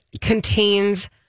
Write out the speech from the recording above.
contains